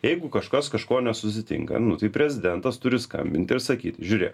jeigu kažkas kažko nesusitinka nu tai prezidentas turi skambint ir sakyt žiūrėk